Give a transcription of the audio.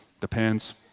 Depends